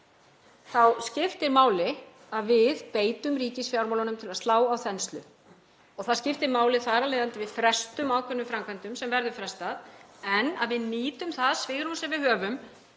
þá skiptir máli að við beitum ríkisfjármálunum til að slá á þenslu. Það skiptir máli þar af leiðandi að við frestum ákveðnum framkvæmdum, sem verður frestað, en að við nýtum það svigrúm sem við höfum